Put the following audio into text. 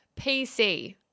PC